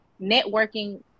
networking